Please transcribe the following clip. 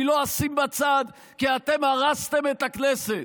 אני לא אשים בצד, כי אתם הרסתם את הכנסת,